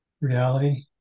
reality